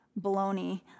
baloney